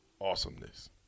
awesomeness